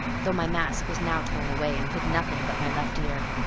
though my mask was now torn away and hid nothing but my left ear.